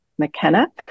McKenna